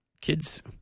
kids